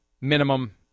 minimum